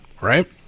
right